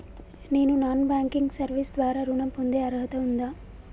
నేను non banking service ద్వారా ఋణం పొందే అర్హత ఉందా?